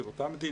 של אותה מדינה,